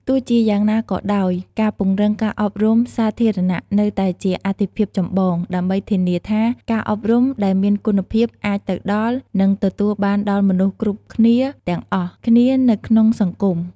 ទោះជាយ៉ាងណាក៏ដោយ ការពង្រឹងការអប់រំសាធារណៈនៅតែជាអាទិភាពចម្បង ដើម្បីធានាថាការអប់រំដែលមានគុណភាពអាចទៅដល់ និងទទួលបានដល់មនស្សគ្រប់គ្នាទាំងអស់គ្នានៅក្នុងសង្គម។